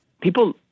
people